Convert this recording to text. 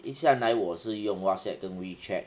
一向来我是用 whatsapp 跟 wechat